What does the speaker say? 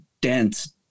dense